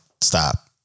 Stop